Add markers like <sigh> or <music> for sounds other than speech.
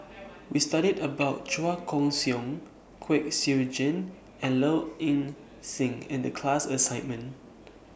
<noise> We studied about Chua Koon Siong Kwek Siew Jin and Low Ing Sing in The class assignment